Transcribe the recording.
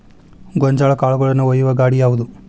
ಗೋಂಜಾಳ ಕಾಳುಗಳನ್ನು ಒಯ್ಯುವ ಗಾಡಿ ಯಾವದು?